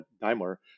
Daimler